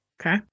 Okay